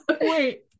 Wait